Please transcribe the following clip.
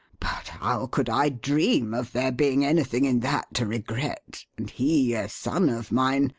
but how could i dream of there being anything in that to regret, and he a son of mine?